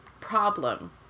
problem